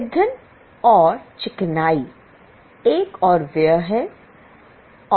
ईंधन और स्नेहक एक और व्यय है